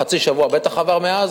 חצי שבוע בטח עבר מאז,